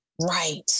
Right